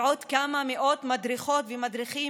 ועוד כמה מאות מדריכות ומדריכים,